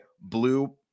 blue